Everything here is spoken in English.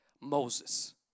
Moses